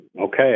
Okay